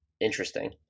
Interesting